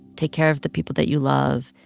take care of the people that you love.